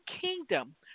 kingdom